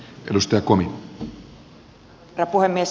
arvoisa herra puhemies